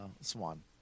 Swan